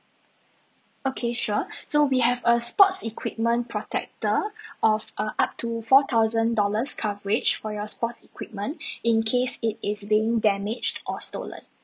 okay sure so we have a sports equipment protector of uh up to four thousand dollars coverage for your sports equipment in case it is being damaged or stolen